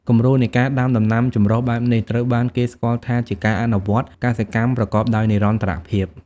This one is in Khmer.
គំរូនៃការដាំដំណាំចម្រុះបែបនេះ ត្រូវបានគេស្គាល់ថាជាការអនុវត្តកសិកម្មប្រកបដោយនិរន្តរភាព។